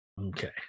Okay